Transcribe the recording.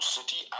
City